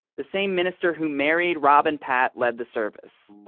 the same minister who married rob and pat led the service.